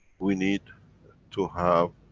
we need to have